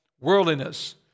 worldliness